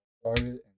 started